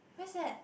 where's that